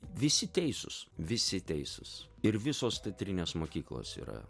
visi teisūs visi teisūs ir visos teatrinės mokyklos yra